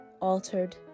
altered